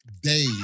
day